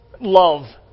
love